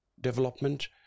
development